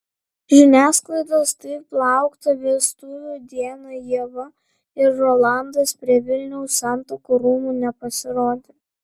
žiniasklaidos taip lauktą vestuvių dieną ieva ir rolandas prie vilniaus santuokų rūmų nepasirodė